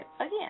again